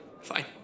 fine